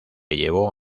llevó